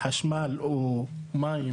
חשמל או מים